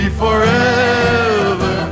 forever